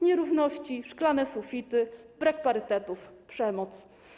Nierówności, szklane sufity, brak parytetów, przemoc.